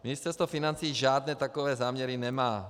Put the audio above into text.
Ministerstvo financí žádné takové záměry nemá.